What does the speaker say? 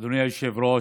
אדוני היושב-ראש,